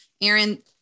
Aaron